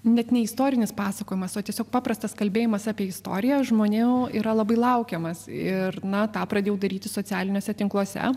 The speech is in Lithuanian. net ne istorinis pasakojimas o tiesiog paprastas kalbėjimas apie istoriją žmonių yra labai laukiamas ir na tą pradėjau daryti socialiniuose tinkluose